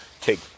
take